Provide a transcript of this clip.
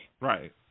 Right